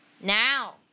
now